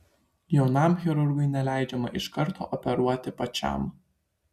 jaunam chirurgui neleidžiama iš karto operuoti pačiam